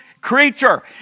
creature